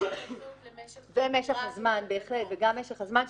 התייחסות למשך --- בהחלט, גם משך הזמן.